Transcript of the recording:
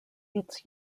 its